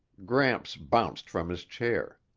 gramps bounced from his chair.